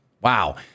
Wow